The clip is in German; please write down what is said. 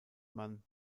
man